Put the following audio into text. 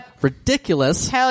ridiculous